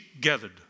gathered